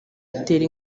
itera